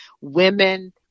Women